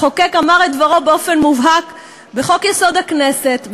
השופט זוסמן אמר את זה בשפתו הפשוטה והנהירה: